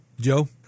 Joe